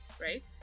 right